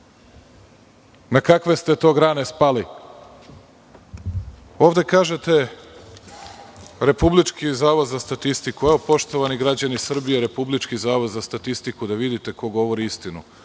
na kakve ste go grane spali? Ovde kažete – Republički zavod za statistiku. Poštovani građani Srbije, evo Republički zavod za statistiku da vidite ko govori istinu.